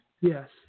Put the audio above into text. yes